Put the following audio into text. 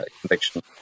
conviction